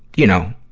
you know,